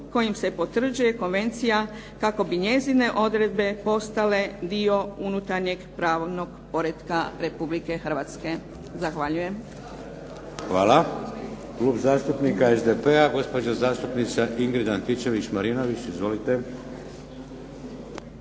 kojim se potvrđuje konvencija kako bi njezine odredbe postale dio unutarnjeg pravnog poretka Republike Hrvatske. Zahvaljujem. **Šeks, Vladimir (HDZ)** Hvala. Klub zastupnika SDP-a, gospođa zastupnica Ingrid Antičević-Marinović. Izvolite.